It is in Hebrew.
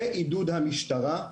בעידוד המשטרה.